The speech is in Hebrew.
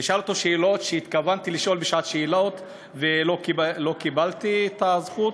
אני אשאל אותו שאלות שהתכוונתי לשאול בשעת שאלות ולא קיבלתי את הזכות.